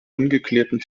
ungeklärten